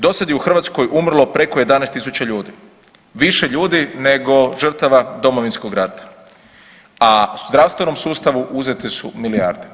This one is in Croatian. Dosad je u Hrvatskoj umrlo preko 11 tisuća ljudi, više ljudi nego žrtava Domovinskog rata, a zdravstvenom sustavu uzete su milijarde.